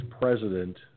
president